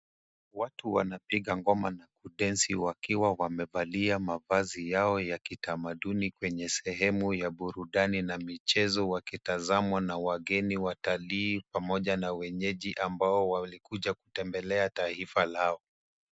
Watu wanapiga ngoma na kudensi wakiwa wamevalia mavazi yao ya kitamaduni kwenye sehemu ya burudani na michezo wakitazamwa na wageni watalii pamoja na wenyeji ambao walikuja kutembelea taifa lao.